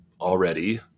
already